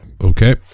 Okay